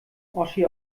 oschi